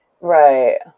Right